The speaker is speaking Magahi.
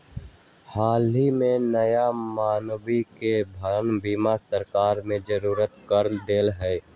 हल ही में नया मकनवा के भवन बीमा सरकार ने जरुरी कर देले है